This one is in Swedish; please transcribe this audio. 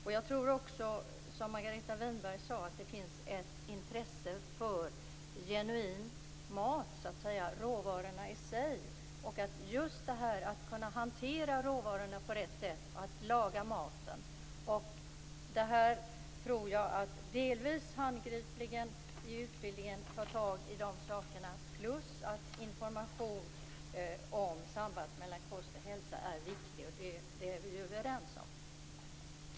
Som Margareta Winberg sade tror jag också att det finns ett intresse för genuin mat, för råvarorna i sig, för att kunna hantera dem på rätt sätt och för att kunna laga maten. Man bör delvis handgripligen ta tag i dessa saker plus ge information om sambandet mellan kost och hälsa. Det är vi överens om.